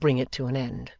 will bring it to an end.